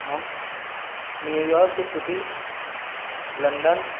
ہاں New York City London